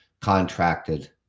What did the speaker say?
contracted